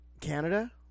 Canada